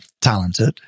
talented